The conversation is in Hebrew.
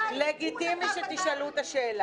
יודעות לפתוח בחקירה.